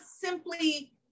simply